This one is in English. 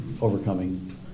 overcoming